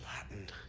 Latin